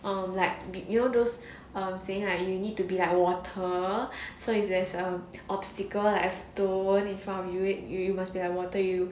um like you know those um saying like you need to be like water so if there's a obstacle as though in front of you you you must be like water you